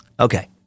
Okay